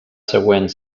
següent